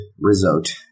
result